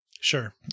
Sure